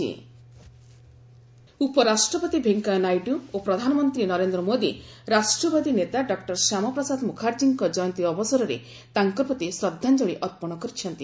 ଶ୍ୟାମାପ୍ରସାଦ ମୁଖାର୍ଜୀ ଉପରାଷ୍ଟ୍ରପତି ଭେଙ୍କେୟା ନାଇଡୁ ଓ ପ୍ରଧାନମନ୍ତ୍ରୀ ନରେନ୍ଦ୍ର ମୋଦି ରାଷ୍ଟ୍ରୀୟବାଦୀ ନେତା ଡକୁର ଶ୍ୟାମାପ୍ରସାଦ ମୁଖାର୍ଜୀଙ୍କ ଜୟନ୍ତୀ ଅବସରରେ ତାଙ୍କ ପ୍ରତି ଶ୍ରଦ୍ଧାଞ୍ଜଳି ଅର୍ପଣ କରିଛନ୍ତି